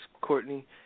Courtney